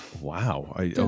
Wow